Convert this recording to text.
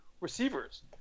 receivers